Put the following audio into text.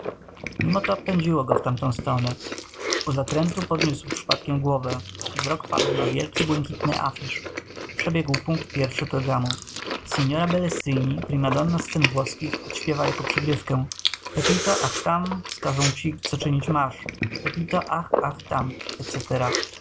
co mimo to pędziło go w tamtą stronę u zakrętu podniósł przypadkiem głowę wzrok padł na wielki błękitny afisz przebiegł punkt pierwszy programu signora bellestrini primadonna scen włoskich odśpiewa jako przygrywkę pepito ach tam wskażą ci co czynić masz pepito ach ach tam etc